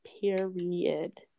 period